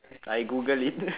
I google it